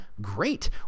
great